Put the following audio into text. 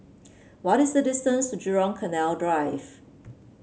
what is the distance to Jurong Canal Drive